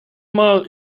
mal